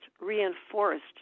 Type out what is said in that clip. reinforced